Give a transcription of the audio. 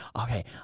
okay